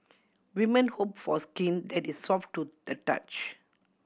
women hope for skin that is soft to the touch